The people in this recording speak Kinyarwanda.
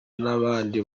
n’abandi